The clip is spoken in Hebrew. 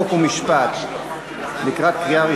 חוק ומשפט נתקבלה.